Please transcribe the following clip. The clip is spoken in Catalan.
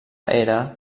era